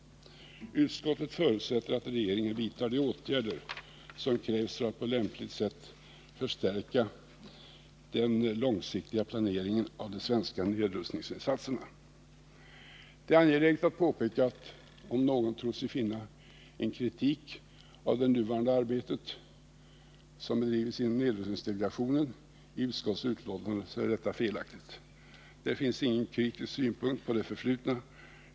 Utskottet förutsätter att regeringen vidtar de åtgärder som krävs för att på lämpligt sätt förstärka den långsiktiga planeringen av de svenska Det är angeläget att påpeka att om någon tror sig i utskottsbetänkandet finna en kritik av det arbete som bedrivs inom nedrustningsdelegationen är detta felaktigt. Där finns ingen kritisk synpunkt på det förflutna.